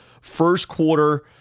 first-quarter